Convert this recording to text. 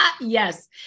Yes